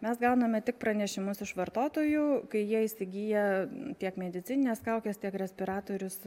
mes gauname tik pranešimus iš vartotojų kai jie įsigyja tiek medicinines kaukes tiek respiratorius